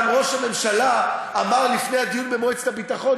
גם ראש הממשלה אמר לפני הדיון במועצת הביטחון,